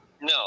No